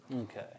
Okay